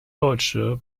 deutsche